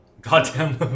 Goddamn